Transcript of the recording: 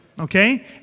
okay